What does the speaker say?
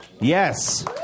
Yes